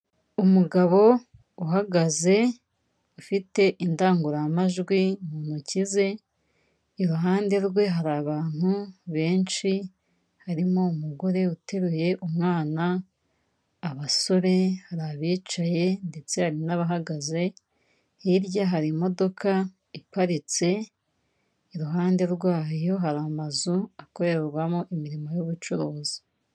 Umugabo uhagaze ufite indangururamajwi mu ntoki ze iruhande rwe hari abantu benshi, harimo umugore uteruye umwana abasore, hari abicaye ndetse hari n'abahagaze, hirya hari imodoka iparitse, iruhande rwayo hari amazu akorerwamo imirimo y'ubucuruzi.